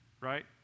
right